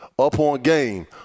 UPONGAME